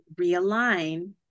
realign